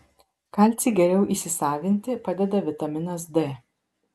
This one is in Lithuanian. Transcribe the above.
kalcį geriau įsisavinti padeda vitaminas d